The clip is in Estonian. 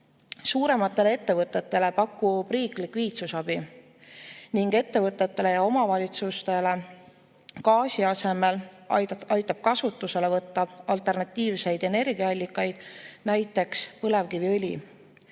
suurematele ettevõtetele pakub riik likviidsusabi ning aitab ettevõtetel ja omavalitsustel gaasi asemel kasutusele võtta alternatiivseid energiaallikaid, näiteks põlevkiviõli.